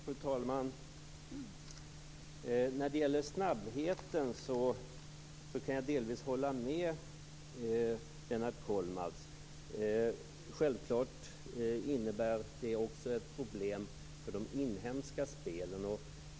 Fru talman! När det gäller snabbheten kan jag delvis hålla med Lennart Kollmats. Självklart innebär det också ett problem för de inhemska spelen.